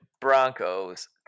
Broncos